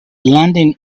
leading